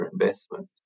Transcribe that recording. investment